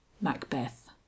macbeth